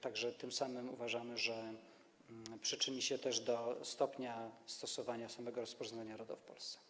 Tym samym uważamy, że przyczyni się też do stopnia stosowania samego rozporządzenia RODO w Polsce.